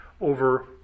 over